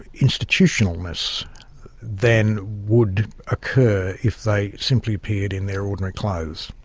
institutional-ness than would occur if they simply appeared in their ordinary clothes.